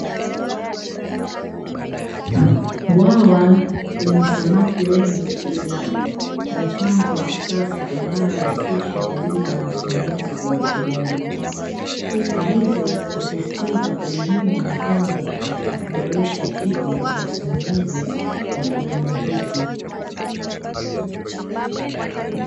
Bwawa lenye samaki wengi lina mitambo ya kisasa inayorahisisha huduma ya usimamizi na ufugaji, na hivyo husisitiza umuhimu wa mitambo katika kuboresha tija na usimamizi wa kilimo hiki.